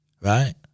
Right